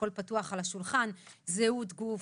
הכל פתוח על השולחן: זהות גוף,